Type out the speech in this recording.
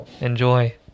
Enjoy